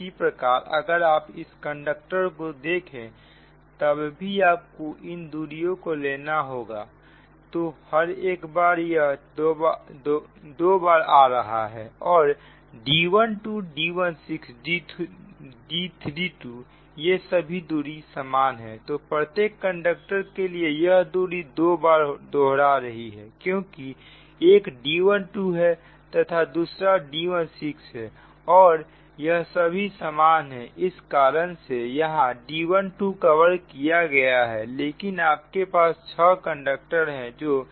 इसी प्रकार अगर आप इस कंडक्टर को देखें तब भी आपको इन दूरियों को लेना होगा तो हर एक बार यह दोबार आ रहा है और D12 D16 D32 यह सभी दूरियाँ समान है तो प्रत्येक कंडक्टर के लिए यह दूरी दो बार दोहरा रही है क्योंकि एक D12 है तथा दूसरा D16 है और यह सभी समान है इस कारण से यहां D12 का वर्ग किया गया है लेकिन आपके पास 6 कंडक्टर है जो केंद्र में स्थित कंडक्टर को चारों तरफ से घेरे हुए हैं